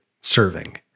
serving